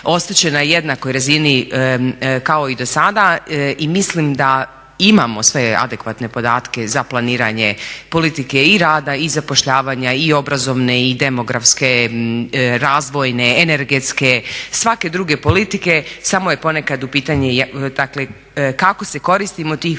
ostat će na jednakoj razini kao i do sada. I mislim da imamo svoje adekvatne podatke za planiranje politike i rada i zapošljavanja i obrazovne i demografske, razvojne, energetske svake druge politike samo je ponekad pitanje, dakle kako se koristimo tim podacima,